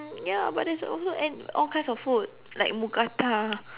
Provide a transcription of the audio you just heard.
ya but there's also and all kinds of food like mookata